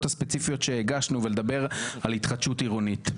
הספציפיות שהגשנו ולדבר על התחדשות עירונית,